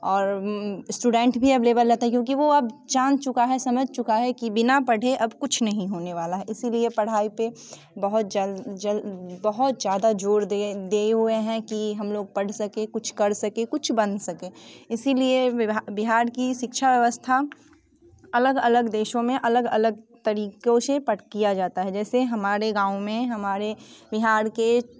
और इस्टूडेंट भी अवेलेबल रहते हैं क्योंकि वो अब जान चुका है समझ चुका है कि बिना पढ़े अब कुछ नहीं होने वाला है इसी लिए पढ़ाई पर बहुत जल्द जल्द बहुत ज़्यादा ज़ोर दे दिए हुए हैं कि हम लोग पढ़ सकें कुछ कर सकें कुछ बन सकें इसी लिए बिहार की शिक्षा व्यवस्था अलग अलग देशों में अलग अलग तरीक़ों से पठ किया जाता है जैसे हमारे गाँव में हमारे बिहार के